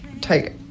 take